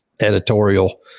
editorial